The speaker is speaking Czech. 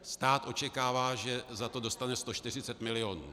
Stát očekává, že za to dostane 140 milionů.